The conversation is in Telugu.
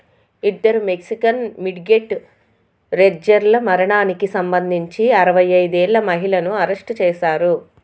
ఇద్దరు మెక్సికన్ మిడ్గెట్ రెజ్జర్ల మరణానికి సంబంధించి అరవై ఐదేళ్ల మహిళను అరెస్టు చేశారు